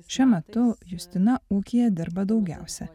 šiuo metu justina ūkyje dirba daugiausia